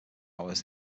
hours